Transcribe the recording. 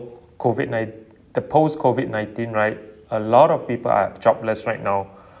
COVID nine~ the post COVID nineteen right a lot of people are jobless right now